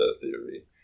theory